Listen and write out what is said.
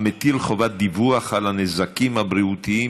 המטיל חובת דיווח על הנזקים הבריאותיים